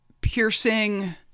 piercing